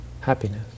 happiness